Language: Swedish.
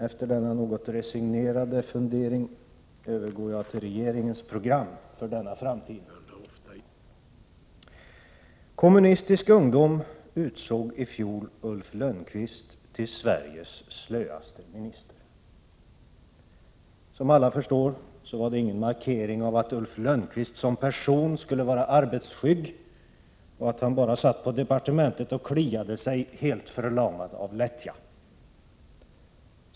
Efter denna något resignerade fundering övergår jag till regeringens program för denna framtid. Kommunistisk Ungdom utsåg i fjol Ulf Lönnqvist till Sveriges slöaste minister. Som alla förstår var det ingen markering av att Ulf Lönnqvist som person skulle vara arbetsskygg och bara satt på departementet och kliade sig helt förlamad av lättja.